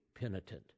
penitent